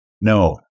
No